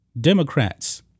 Democrats